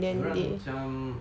dia orang macam